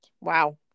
Wow